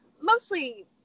mostly